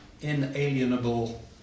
inalienable